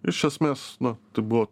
iš esmės na tai buvo